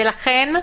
ולכן,